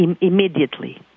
immediately